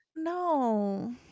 no